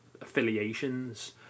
affiliations